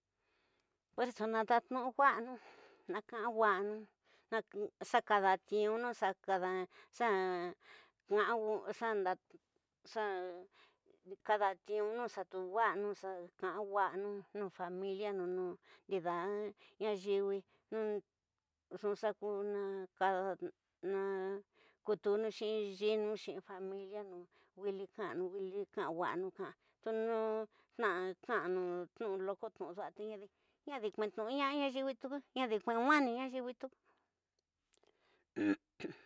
Nanda tnu'u wa'nu, na ka'a wa'unu xa kadatiünu xa- xa kadatiünu xa tu wa'anu nu familia, ndida ña yiwi, nxu xaku xa kutunu xi intiinu, xiin familianu, wili karanu, wiñi karawasa ñu kara, ñu nu ñna karanu ñnu loko tnuu dua te nadi, ñadi kue'ntnuña'a ña yiwi tuku ñadi kue'nwani tuku.